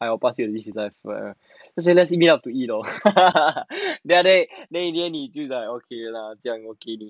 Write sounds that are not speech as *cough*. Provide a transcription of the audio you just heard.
I will pass you the visitors just say lets you meet up to eat lor *laughs* then after that in the end 你就讲 okay lor